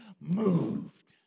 moved